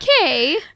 okay